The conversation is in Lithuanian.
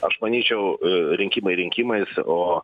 aš manyčiau rinkimai rinkimais o